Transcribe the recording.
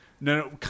No